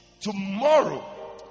tomorrow